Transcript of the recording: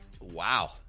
Wow